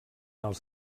els